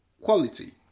Quality